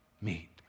Meet